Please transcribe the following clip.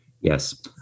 Yes